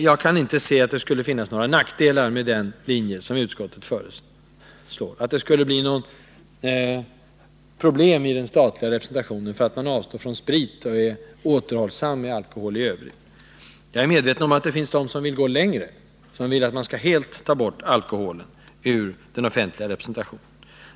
Jag kan inte se att det skulle finnas några nackdelar med den linje som utskottet föreslår. Det kan knappast bli något problem vid den statliga representationen, om man avstår från sprit och är återhållsam med alkohol över huvud taget. Jag är medveten om att det finns de som vill gå längre och helt ta bort alkoholen vid offentlig representation.